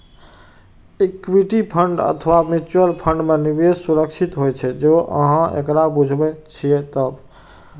equity fund अथवा mutual fund मे निवेश सुरक्षित होइ छै, जौं अहां एकरा बूझे छियै तब